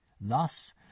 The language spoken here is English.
Thus